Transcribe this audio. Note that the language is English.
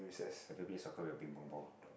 have you play soccer with your Ping Pong ball